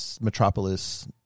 metropolis